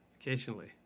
occasionally